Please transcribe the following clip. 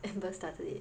Amber started it